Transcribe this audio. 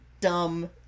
dumb